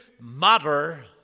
matter